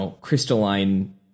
crystalline